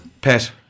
Pet